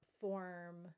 form